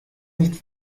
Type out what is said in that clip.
nicht